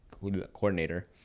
coordinator